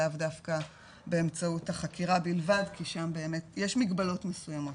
לאו דווקא באמצעות החקירה בלבד כי שם באמת יש מגבלות מסוימות,